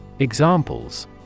Examples